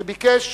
שביקש